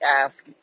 ask